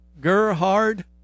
Gerhard